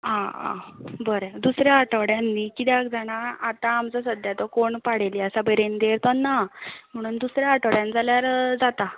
आं आं बरें दुसऱ्या आठड्यांत न्ही कित्याक जाणां आतां आमचो जो कोण पाडेली आसा पळय रेंदेर तो ना मागीर दुसऱ्या आठड्यांत जाल्यार जाता